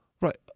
Right